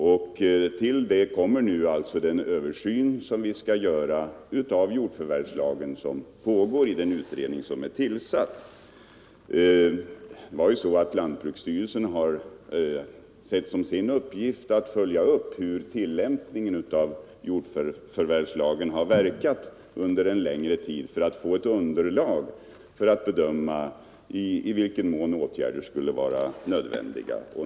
En åtgärd är alltså den översyn av jordförvärvslagen som nu skall göras av den tillsatta utredningen. Lantbruksstyrelsen har sett som sin uppgift att följa upp hur tillämpningen av jordförvärvslagen har verkat under en längre tid för att få ett underlag för bedömning av i vilken mån åtgärder skulle vara nödvändiga.